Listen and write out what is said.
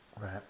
Right